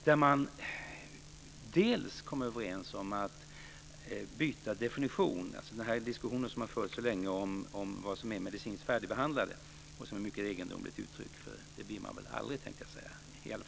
Man kom där bl.a. överens om att byta definition. Det har länge förts en diskussion om definitionen av vad som är medicinskt färdigbehandlad - ett egendomligt uttryck, för det blir man väl aldrig i livet.